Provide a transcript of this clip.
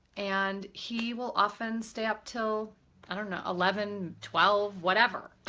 and he will often stay up til i don't know, eleven, twelve, whatever.